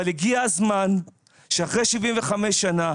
אבל הגיע הזמן שאחרי 75 שנה,